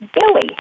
Billy